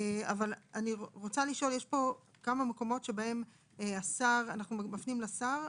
אבל יש פה כמה מקומות שאנחנו מפנים לשר,